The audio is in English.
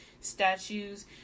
statues